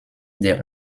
der